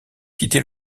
quitter